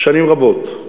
שנים רבות,